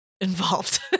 involved